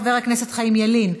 חבר הכנסת חיים ילין,